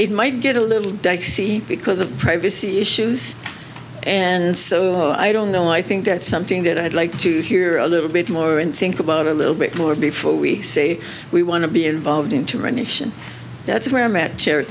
it might get a little dicey because of privacy issues and so i don't know i think that's something that i'd like to hear a little bit more and think about a little bit more before we say we want to be involved in too many and that's why i'm at ch